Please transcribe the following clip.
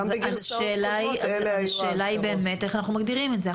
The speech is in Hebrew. השאלה איך אנחנו מגדירים את זה.